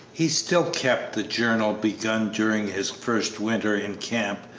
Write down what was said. he still kept the journal begun during his first winter in camp,